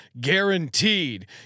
guaranteed